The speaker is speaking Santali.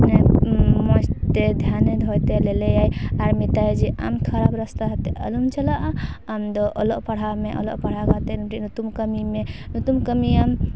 ᱢᱟᱱᱮ ᱢᱚᱡᱽ ᱛᱮ ᱫᱷᱮᱭᱟᱱᱮ ᱫᱚᱦᱚᱭ ᱛᱟᱭᱟ ᱧᱮᱞᱮᱭᱟᱭ ᱟᱨ ᱢᱮᱛᱟᱭᱟᱭ ᱟᱢ ᱠᱷᱟᱨᱟᱯ ᱨᱟᱥᱛᱟ ᱛᱮ ᱟᱞᱚᱢ ᱪᱟᱞᱟᱜᱼᱟ ᱟᱢ ᱫᱚ ᱚᱞᱚᱜ ᱯᱟᱲᱦᱟᱜ ᱢᱮ ᱚᱞᱚᱜ ᱯᱟᱲᱦᱟᱜ ᱠᱟᱛᱮᱜ ᱢᱤᱫᱴᱮᱡ ᱧᱩᱛᱩᱢ ᱠᱟᱹᱢᱤᱢᱮ ᱧᱩᱛᱩᱢ ᱠᱟᱹᱢᱤᱭᱟᱢ